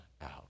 out